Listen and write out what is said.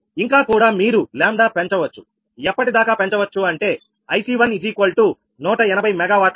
ఇంకా కూడా మీరు 𝜆 పెంచవచ్చు ఎప్పటిదాకా పెంచవచ్చు అంటే 𝐼𝐶 1180 𝑀W వరకు